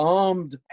armed